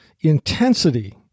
intensity